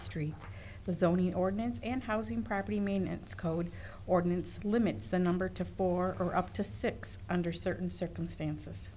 street the zoning ordinance and housing property maintenance code ordinance limits the number to four or up to six under certain circumstances